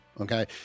Okay